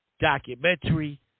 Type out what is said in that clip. documentary